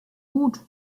gut